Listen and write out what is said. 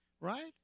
right